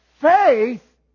faith